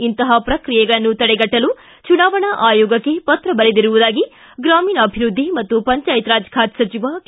ಇಂತಹ ಪ್ರಕ್ರಿಯೆಗಳನ್ನು ತಡೆಗಟ್ಟಲು ಚುನಾವಣಾ ಆಯೋಗಕ್ಕೆ ಪತ್ರ ಬರೆದಿರುವುದಾಗಿ ಗ್ರಾಮೀಣಾಭಿವೃದ್ಧಿ ಮತ್ತು ಪಂಚಾಯತ್ ರಾಜ್ ಖಾತೆ ಸಚಿವ ಕೆ